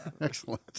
Excellent